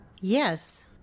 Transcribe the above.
Yes